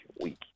week